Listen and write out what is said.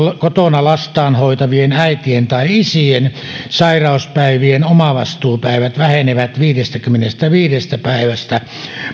kotona lastaan hoitavien äitien tai isien sairauspäivien omavastuupäivät vähenevät viidestäkymmenestäviidestä päivästä